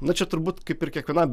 na čia turbūt kaip ir kiekvienam